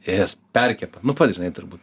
jie jas perkepa nu pats žinai turbūt